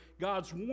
God's